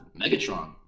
Megatron